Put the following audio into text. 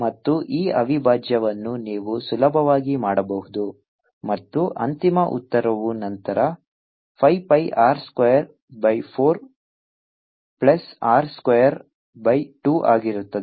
ಮತ್ತು ಈ ಅವಿಭಾಜ್ಯವನ್ನು ನೀವು ಸುಲಭವಾಗಿ ಮಾಡಬಹುದು ಮತ್ತು ಅಂತಿಮ ಉತ್ತರವು ನಂತರ 5 pi R square by 4 plus R square by 2 ಆಗಿರುತ್ತದೆ